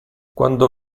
quando